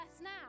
now